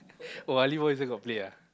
oh Ali-Bomb you also got play ah